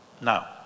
Now